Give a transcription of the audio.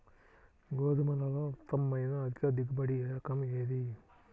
గోధుమలలో ఉత్తమమైన అధిక దిగుబడి రకం ఏది?